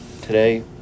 today